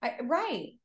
Right